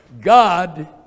God